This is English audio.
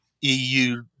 EU